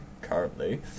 currently